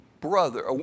brother